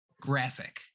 graphic